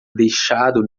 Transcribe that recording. deixado